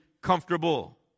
comfortable